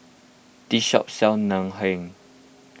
this shop sells Ngoh Hiang